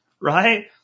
Right